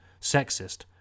sexist